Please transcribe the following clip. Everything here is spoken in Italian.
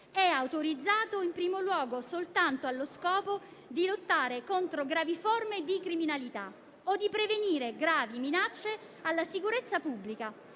è autorizzato in primo luogo soltanto allo scopo di lottare contro gravi forme di criminalità o di prevenire gravi minacce alla sicurezza pubblica